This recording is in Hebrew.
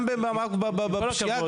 גם בפשיעה,